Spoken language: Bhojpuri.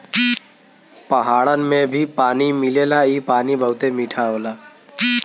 पहाड़न में भी पानी मिलेला इ पानी बहुते मीठा होला